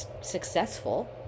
successful